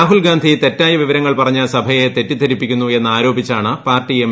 രാഹുൽ ഗാന്ധി തെറ്റായ വിവരങ്ങൾ പറഞ്ഞ് സഭയെ തെറ്റിദ്ധരിപ്പിക്കുന്നു എന്നാരോപിച്ചാണ് പാർട്ടി എം